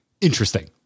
Interesting